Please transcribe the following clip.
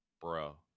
bro